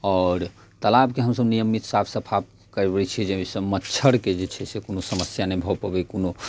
आओर तालाब के हमसब नियमित साफ सफा करबै छी जाहि सऽ मच्छर के जे छै से कोनो समस्या नहि भऽ पबै नहि कोनो